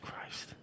Christ